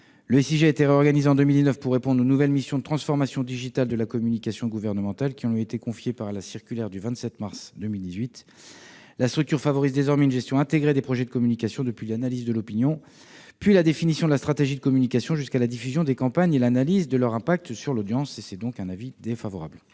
Le SIG a été réorganisé en 2019, pour répondre aux nouvelles missions de transformation digitale de la communication gouvernementale, qui lui ont été confiées par la circulaire du 27 mars 2018. La structure favorise désormais une gestion intégrée des projets de communication, depuis l'analyse de l'opinion, la définition de la stratégie de communication, jusqu'à la diffusion des campagnes et l'analyse de leur impact sur l'audience. La parole